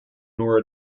nor